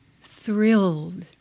thrilled